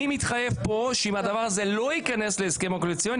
אני מתחייב פה שאם זה לא יכנס להסכם הקואליציוני,